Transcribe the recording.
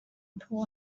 poor